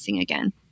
again